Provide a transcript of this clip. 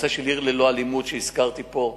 הנושא של "עיר ללא אלימות" שהזכרתי פה,